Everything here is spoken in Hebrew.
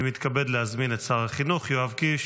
אני מתכבד להזמין את שר החינוך יואב קיש